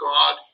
God